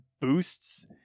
boosts